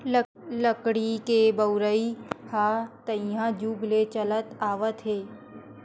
लकड़ी के बउरइ ह तइहा जुग ले चलत आवत हे